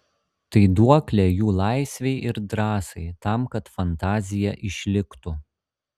tai duoklė jų laisvei ir drąsai tam kad fantazija išliktų